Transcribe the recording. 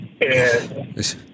Yes